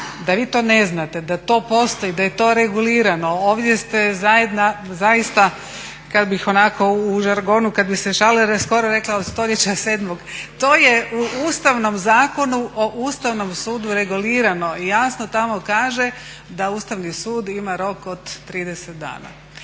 da vi to ne znate da to postoji, da je to regulirano. Ovdje ste zaista kad bih onako u žargonu, kad bi se šalili skoro rekla od stoljeća sedmog. To je u Ustavnom zakonu o Ustavnom sudu regulirano i jasno tamo kaže, da Ustavni sud ima rok od 30 dana,